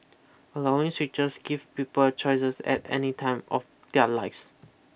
allowing switches give people choices at any time of their lives